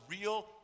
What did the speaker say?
real